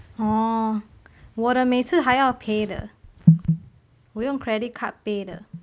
orh 我的每次还要 pay 的我用 credit card pay 的